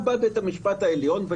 לחברים: